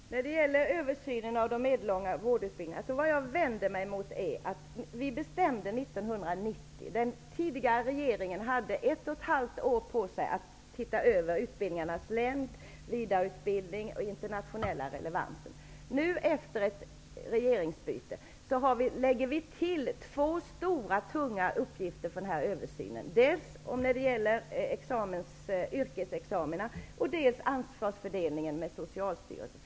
Herr talman! Det gäller översynen av de medellånga vårdutbildningarna, som vi beslutade om 1990. Den tidigare regeringen hade ett och ett halvt år på sig att se över utbildningarnas längd, vidareutbildningen och den internationella relevansen. Nu, efter regeringsbytet, lägger vi till två stora, tunga uppgifter när det gäller den här översynen. Dels gäller det yrkesexamina, dels gäller det ansvarsfördelningen visavi Socialstyrelsen.